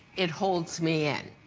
it holds me in.